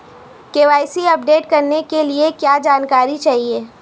KYC update करने के लिए क्या जानकारी चाहिए?